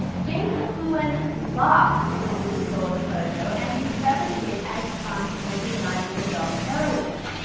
james mccloughan laughed when he saw the photo, and interpreted it as trump recognizing the dog's heroism.